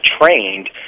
trained